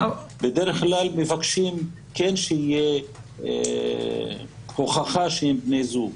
בדרך כלל אנחנו מבקשים שתהיה הוכחה שהם בני זוג,